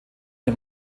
den